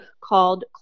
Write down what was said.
called